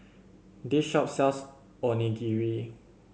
this shop sells Onigiri